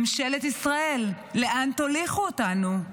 ממשלת ישראל, לאן תוליכו אותנו?